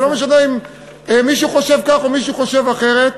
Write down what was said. ולא משנה אם מישהו חושב כך או מישהו חושב אחרת.